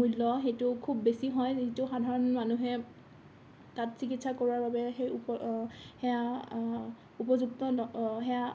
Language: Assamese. মূল্য সেইটো খুব বেছি হয় যোনটো সাধাৰণ মানুহে তাত চিকিৎসা কৰোৱাৰ বাবে সেই সেয়া উপযুক্ত সেয়া